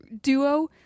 duo